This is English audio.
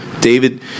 David